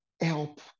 help